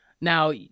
Now